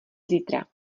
zítra